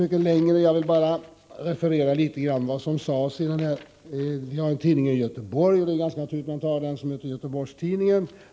Det gäller då motorcyklar på 750 kubikcentimeter eller större.